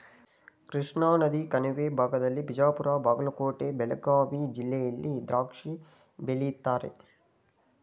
ಕೃಷ್ಣಾನದಿ ಕಣಿವೆ ಭಾಗದಲ್ಲಿ ಬಿಜಾಪುರ ಬಾಗಲಕೋಟೆ ಬೆಳಗಾವಿ ಜಿಲ್ಲೆಯಲ್ಲಿ ದ್ರಾಕ್ಷಿ ಬೆಳೀತಾರೆ